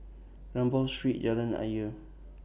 Rambau Street Jalan Ayer